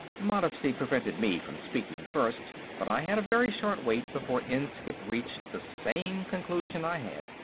modesty prevented me from speaking first, but i had a very short wait before inskipp reached the same conclusion i had.